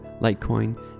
Litecoin